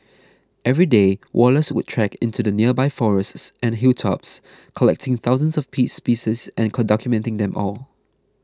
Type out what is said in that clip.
every day Wallace would trek into the nearby forests and hilltops collecting thousands of piece species and documenting them all